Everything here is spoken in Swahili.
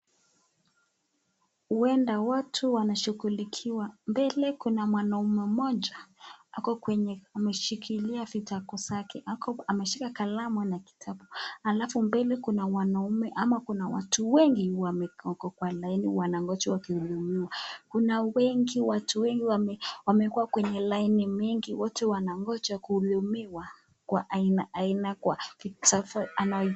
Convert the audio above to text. Huenda watu wanashughulikiwa, mbele kuna mwanamke Mmoja Ako kwenye ameshikilia vitabu vyake ameshika kalamu na kitabu halafu mbele kuna wanaume ama Kuna watu wengi wako kwa laini wanangoja kuhudumiwa, Kuna watu wengi wameketi wamekuwa kwa laini wote wanangoja kuhudumiwa kwa aina.